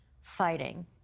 fighting